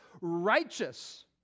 righteous